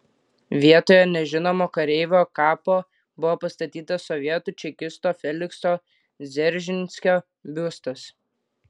vietoje nežinomo kareivio kapo buvo pastatytas sovietų čekisto felikso dzeržinskio biustas